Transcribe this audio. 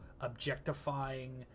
objectifying